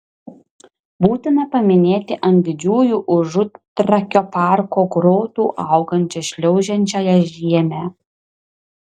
būtina paminėti ant didžiųjų užutrakio parko grotų augančią šliaužiančiąją žiemę